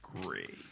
Great